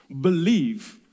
believe